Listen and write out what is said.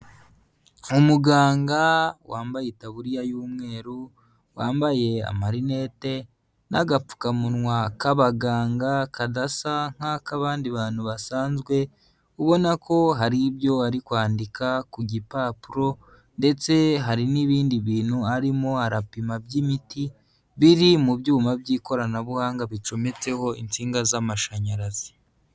Umuganga wambaye itaburiya y'umweru, wambaye amarinete n'agapfukamunwa k'abaganga kadasa nk'ak'abandi bantu basanzwe, ubona ko hari ibyo ari kwandika ku gipapuro ndetse hari n'ibindi bintu arimo arapima by'imiti biri mu byuma by'ikoranabuhanga bicometseho insinga z'amashanyarazi.